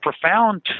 profound